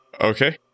Okay